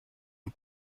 the